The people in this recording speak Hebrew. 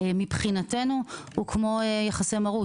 הוא כמו יחסי מרות.